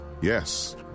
Yes